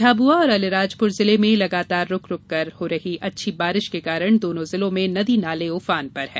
झाबुआ और अलीराजपुर जिले में लगातार रूक रूक कर हो रही अच्छी बारिश के कारण दोनों जिलों में नदी नाले उफान पर हैं